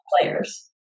players